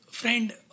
friend